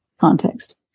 context